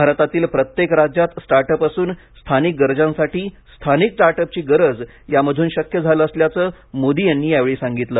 भारतातील प्रत्येक राज्यात स्टार्ट अप असून स्थानिक गरजांसाठी स्थानिक स्टार्टअपची गरज या मधून हे शक्य झालं असल्याचं मोदी यांनी यावेळी सांगितलं